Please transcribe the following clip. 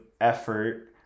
effort